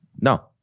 No